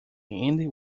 hand